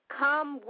come